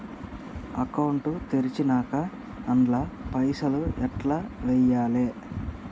Account తెరిచినాక అండ్ల పైసల్ ఎట్ల వేయాలే?